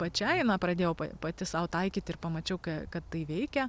pačiai na pradėjau pat pati sau taikyt ir pamačiau kad kad tai veikia